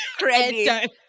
credit